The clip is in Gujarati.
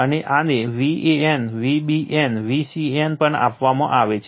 અને આને Van Vbn Vcn પણ આપવામાં આવે છે